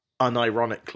unironically